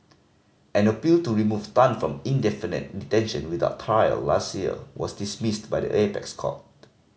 an appeal to remove Tan from indefinite detention without trial last year was dismissed by the apex court